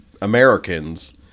Americans